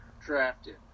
drafted